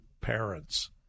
parents